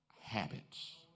habits